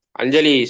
anjali